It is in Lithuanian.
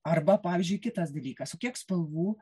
arba pavyzdžiui kitas dalykas o kiek spalvų